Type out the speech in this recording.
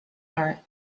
are